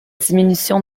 diminution